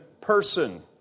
person